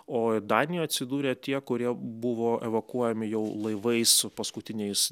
o danijoje atsidūrė tie kurie buvo evakuojami jau laivais su paskutiniais